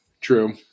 True